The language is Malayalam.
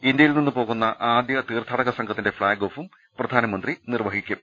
ഇന്ത്യയിൽ നിന്ന് പോവുന്ന ആദൃ തീർത്ഥാടക സംഘത്തിന്റെ ഫ്ളാഗ്ഓഫും പ്രധാനമന്ത്രി നിർവഹിക്കും